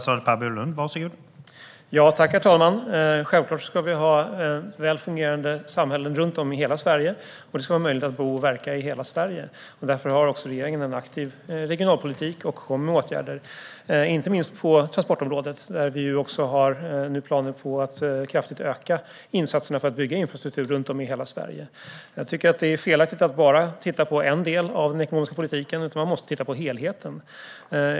Herr talman! Vi ska självklart ha väl fungerande samhällen runt om i hela Sverige, och det ska vara möjligt att bo och verka i hela Sverige. Därför har regeringen en aktiv regionalpolitik och vidtar åtgärder. Inte minst gäller det på transportområdet, där vi har planer på att kraftigt öka insatserna för att bygga infrastruktur runt om i hela Sverige. Det är felaktigt att titta på bara en del av den ekonomiska politiken. Man måste titta på helheten.